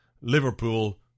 Liverpool